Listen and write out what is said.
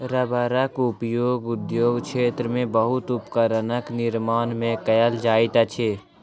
रबड़क उपयोग उद्योग क्षेत्र में बहुत उपकरणक निर्माण में कयल जाइत अछि